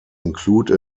include